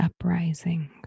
uprising